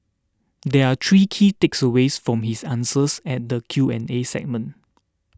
there are three key takeaways from his answers at the Q and A segment